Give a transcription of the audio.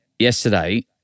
yesterday